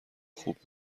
خوب